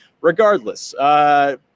Regardless